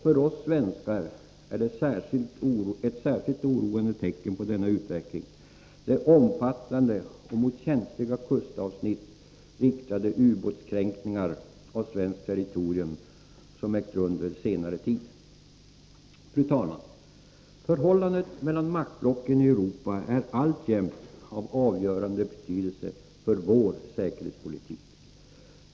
För oss svenskar är ett särskilt oroande tecken på denna utveckling de omfattande och mot känsliga kustavsnitt Torsdagen den Fru talman! Förhållandet mellan maktblocken i Europa är alltjämt av 20 oktober 1983 avgörande betydelse för vår säkerhetspolitik.